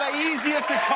ah easier to